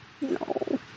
No